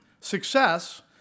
Success